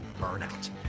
burnout